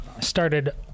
started